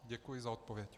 Děkuji za odpověď.